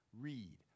read